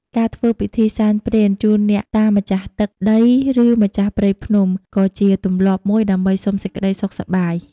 ការធ្វើពិធីសែនព្រេនជូនអ្នកតាម្ចាស់ទឹកដី ឬម្ចាស់ព្រៃភ្នំ ក៏ជាទម្លាប់មួយដើម្បីសុំសេចក្តីសុខសប្បាយ។